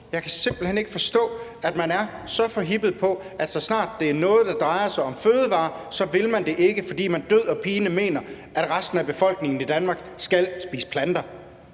Jeg kan simpelt hen ikke forstå, at man er så forhippet på, at så snart det er noget, der drejer sig om fødevarer, så vil man det ikke, fordi man død og pine mener, at resten af befolkningen i Danmark skal spise planter.